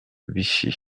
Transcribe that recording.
vichy